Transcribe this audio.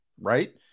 right